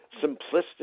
simplistic